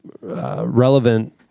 relevant